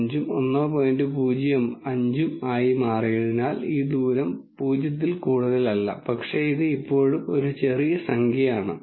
05 ഉം ആയി മാറിയതിനാൽ ഈ ദൂരം 0 ൽ കൂടുതലല്ല പക്ഷേ അത് ഇപ്പോഴും ഒരു ചെറിയ സംഖ്യ ആണ്